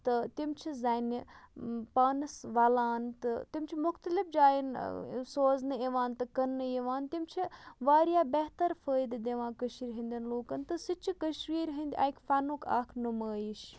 تہٕ تِم چھِ زَنہِ پانَس وَلان تہٕ تِم چھِ مُختلِف جایَن سوزنہٕ یِوان تہٕ کٕنٛنہٕ یِوان تِم چھِ واریاہ بہتر فٲیدٕ دِوان کٔشیٖر ہٕنٛدٮ۪ن لوٗکَن تہٕ سُہ تہِ چھِ کٔشیٖرِ ہٕنٛدۍ اَکہِ فَنُک اَکھ نُمٲیِش